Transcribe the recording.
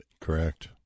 Correct